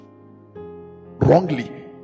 wrongly